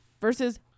versus